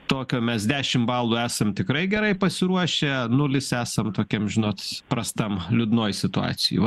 tokio mes dešim balų esam tikrai gerai pasiruošę nulis esam tokiam žinot prastam liūdnoj situacijoj va